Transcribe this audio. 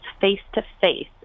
face-to-face